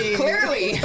clearly